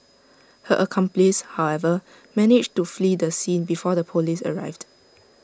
her accomplice however managed to flee the scene before the Police arrived